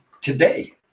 today